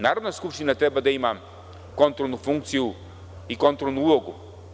Narodna skupština treba da ima kontrolnu funkciju i kontrolnu ulogu.